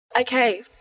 Okay